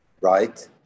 right